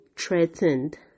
threatened